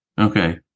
Okay